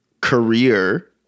career